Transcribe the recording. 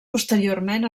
posteriorment